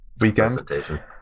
weekend